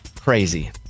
Crazy